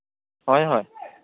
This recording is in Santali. ᱦᱳᱭ ᱦᱳᱭ